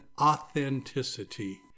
authenticity